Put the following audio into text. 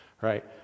right